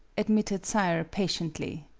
admitted sayre, patiently.